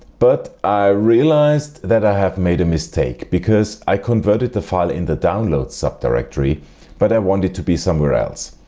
but i realized that i have made a mistake because i converted the file in the downloads subdirectory but i want it to be somewhere else,